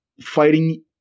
fighting